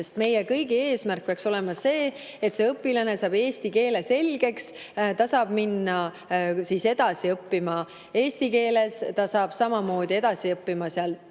muuta. Meie kõigi eesmärk peaks olema see, et õpilane saab eesti keele selgeks, ta saab minna edasi õppima eesti keeles, ta saab samamoodi sealt